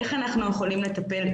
איך אנחנו יכולים לטפל.